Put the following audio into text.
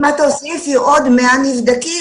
אם תוסיפי עוד 100 נבדקים,